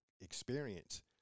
experience